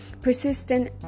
persistent